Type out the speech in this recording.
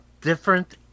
different